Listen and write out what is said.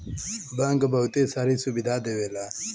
bank बहुते सारी सुविधा देवला